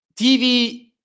TV